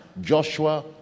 Joshua